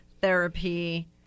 therapy